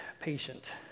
patient